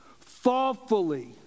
thoughtfully